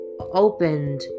opened